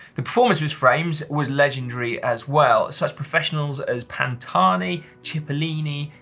the performance of his frames was legendary as well. such professionals as pantani, cipolini,